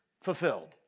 fulfilled